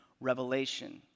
revelation